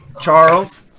Charles